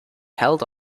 held